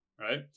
right